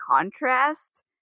contrast